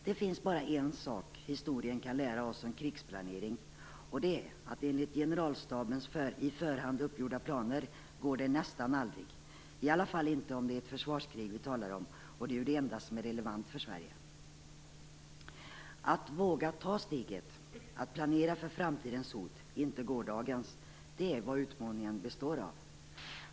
Det finns bara en sak historien lära oss om krigsplanering, och det är att det nästan aldrig går enligt generalstabens i förhand uppgjorda planer - i alla fall inte om det är försvarskrig vi talar om, och det är ju det enda som är relevant för Sverige. Att våga ta steget att planera för framtidens hot, inte gårdagens, är vad utmaningen består av.